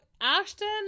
Ashton